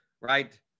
right